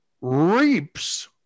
reaps